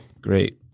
Great